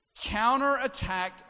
counterattacked